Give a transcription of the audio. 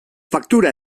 faktura